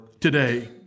today